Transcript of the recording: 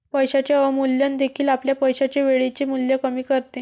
पैशाचे अवमूल्यन देखील आपल्या पैशाचे वेळेचे मूल्य कमी करते